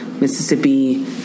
Mississippi